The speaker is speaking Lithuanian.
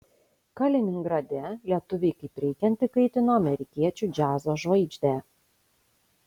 kaliningrade lietuviai kaip reikiant įkaitino amerikiečių džiazo žvaigždę